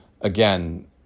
again